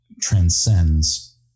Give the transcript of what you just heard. transcends